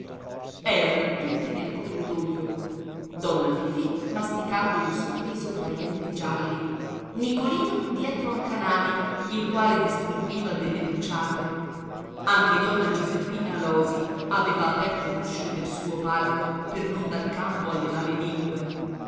erano tutti nel corridoio donna fifì masticando un sorriso fra i denti gialli nicolino dietro a canali il quale distribuiva delle bruciate anche donna giuseppina alòsi aveva aperto l'uscio del suo palco per non dar campo alle